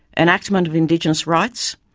enactment of indigenous rights?